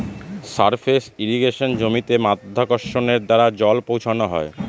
surface ইর্রিগেশনে জমিতে মাধ্যাকর্ষণের দ্বারা জল পৌঁছানো হয়